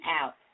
out